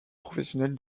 professionnel